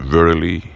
Verily